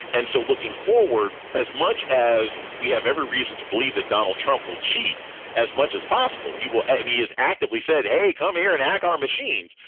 and so looking forward, as much as we have every reason to believe that donald trump will cheat as much as possible, he will. and he is actively said, hey, come here and ask our machines.